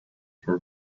for